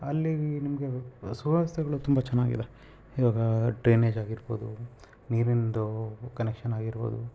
ಅಲ್ಲಿ ನಿಮಗೆ ಸುವ್ಯವಸ್ಥೆಗಳು ತುಂಬ ಚೆನ್ನಾಗಿದೆ ಇವಾಗ ಡ್ರೈನೇಜ್ ಆಗಿರ್ಬೋದು ನೀರಿಂದು ಕನೆಕ್ಷನ್ ಆಗಿರ್ಬೋದು